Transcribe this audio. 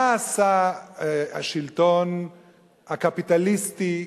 מה עשה השלטון הקפיטליסטי,